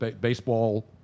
baseball